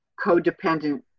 codependent